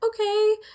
okay